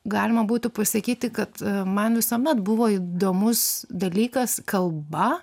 galima būtų pasakyti kad man visuomet buvo įdomus dalykas kalba